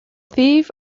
thief